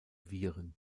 viren